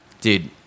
Dude